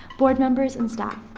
board members, and staff.